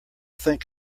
think